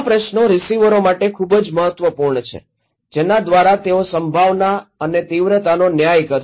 આ પ્રશ્નો રીસીવરો માટે ખૂબ જ મહત્વપૂર્ણ છે જેના દ્વારા તેઓ સંભાવના અને તીવ્રતાનો ન્યાય કરશે